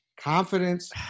confidence